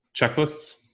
checklists